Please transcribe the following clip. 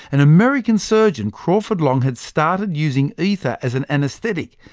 an american surgeon, crawford long, had started using ether as an anaesthetic,